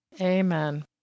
Amen